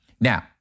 Now